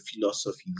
philosophies